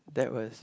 that was